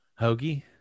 Hoagie